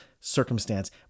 circumstance